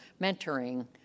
mentoring